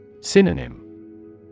Synonym